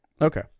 Okay